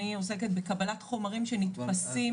אני עוסקת בקבלת חומרים שנתפסים.